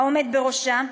העומד בראשה,